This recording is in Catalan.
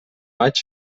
maig